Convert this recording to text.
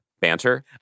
banter